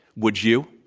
would you?